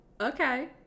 Okay